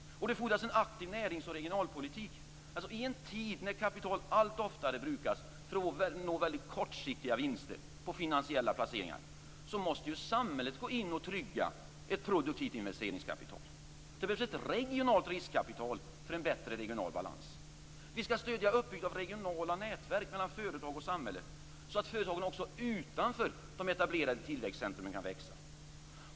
Det fordras en aktiv närings och regionalpolitik. I en tid när kapital allt oftare brukas för att nå kortsiktiga vinster på finansiella placeringar måste samhället gå in och trygga ett produktivt investeringskapital. Det behövs ett regionalt riskkapital för en bättre regional balans. Vi skall stödja uppbygget av regionala nätverk mellan företag och samhälle så att företagen också utanför de etablerade tillväxtcentrumen kan växa.